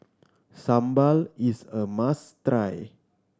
sambal is a must try